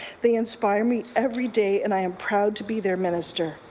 they inspire me every day and i am proud to be their minister.